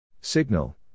Signal